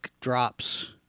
drops